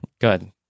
Good